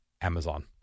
Amazon